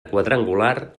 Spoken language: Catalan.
quadrangular